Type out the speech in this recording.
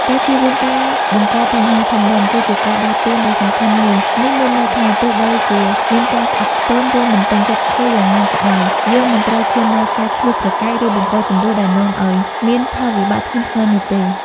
ការជៀសវាងការបង្កបញ្ហាធំដុំ គឺជាការដាស់តឿនដ៏សំខាន់មួយ នេះមានន័យថា ទោះបីជាមានការស្អប់ខ្ពើម ឬមិនពេញចិត្តគ្នាយ៉ាងណាក៏ដោយ យើងមិនត្រូវឈានដល់ការឈ្លោះប្រកែក ឬបង្កជម្លោះដែលនាំឲ្យមានផលវិបាកធ្ងន់ធ្ងរនោះទេ។